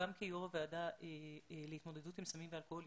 גם כיו"ר הוועדה להתמודדות עם סמים ואלכוהול.